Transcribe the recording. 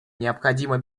необходимо